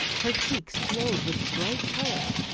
her cheeks glowed with bright color.